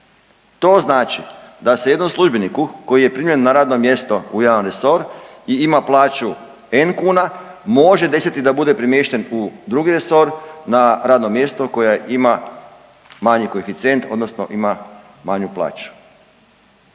To znači da se jednom službeniku koji je primljen na radno mjesto u jedan resor i ima plaću N kuna može desiti da bude premješten u drugi resor na radno mjesto koja ima manji koeficijent odnosno ima manju plaću,